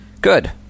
Good